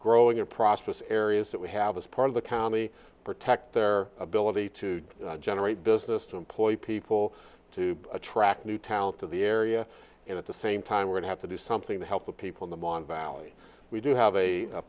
growing and prosperous areas that we have as part of the county protect their ability to generate business to employ people to attract new talent to the area and at the same time we have to do something to help the people in the mon valley we do have a